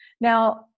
Now